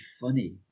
funny